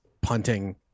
punting